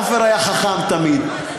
עפר היה חכם תמיד,